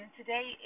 Today